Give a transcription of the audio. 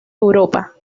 europa